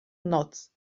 noc